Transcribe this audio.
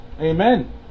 Amen